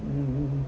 mm